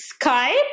Skype